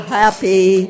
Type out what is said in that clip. happy